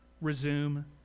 resume